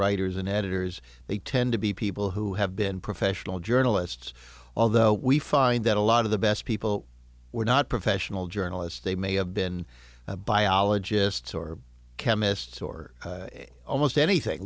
writers and editors they tend to be people who have been professional journalists although we find that a lot of the best people were not professional journalists they may have been biologists or chemists or almost anything